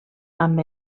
amb